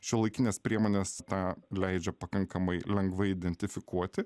šiuolaikinės priemonės tą leidžia pakankamai lengvai identifikuoti